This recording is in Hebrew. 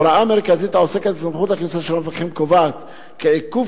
הוראה מרכזית העוסקת בסמכות הכניסה של המפקחים קובעת כי עיכוב